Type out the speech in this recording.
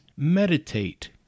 meditate